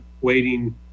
waiting